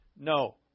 No